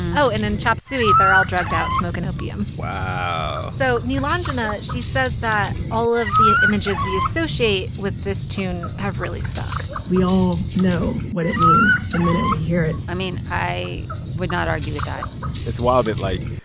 oh and in chop suey they're all drugged out, smoking opium wow so nilanjana, she says that all of the images we associate with this tune have really stuck we all know what it means the minute we hear it i mean, i would not argue with that it's wild that, like,